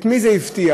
את מי זה הפתיע,